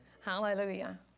Hallelujah